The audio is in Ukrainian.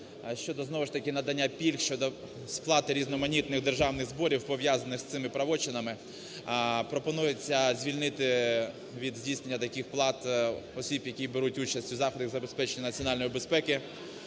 щодо знову ж таки надання пільг, щодо сплати різноманітних державних зборів, пов'язаних з цими правочинами. Пропонується звільнити від здійснення таких плат осіб, які беруть участь в заходах забезпечення національної безпеки